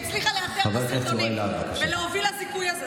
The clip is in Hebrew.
שהצליחה לאתר את הסרטונים ולהוביל לזיכוי הזה,